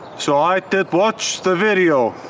so i did watch the video.